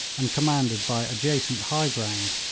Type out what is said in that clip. and commanded by adjacent high ground,